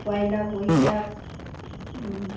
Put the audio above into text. Poila Boishakh